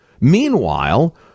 Meanwhile